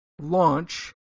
launch